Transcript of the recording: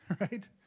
right